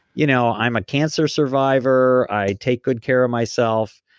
you know i'm a cancer survivor, i take good care of myself.